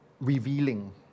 revealing